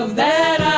that